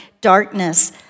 darkness